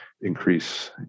increase